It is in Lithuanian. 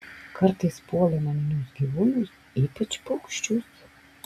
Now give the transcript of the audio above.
kartais puola naminius gyvūnus ypač paukščius